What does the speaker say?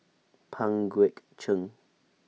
Pang Guek Cheng